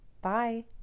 Bye